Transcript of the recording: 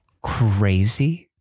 Crazy